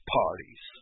parties